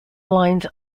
lines